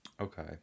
Okay